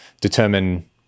determine